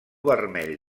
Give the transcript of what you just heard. vermell